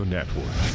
Network